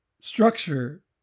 structure